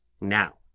now